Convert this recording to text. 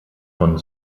von